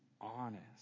honest